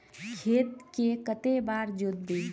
खेत के कते बार जोतबे?